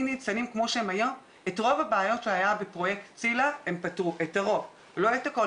גננת מתוקצבת לפי מוסמך 12. למה הכוונה?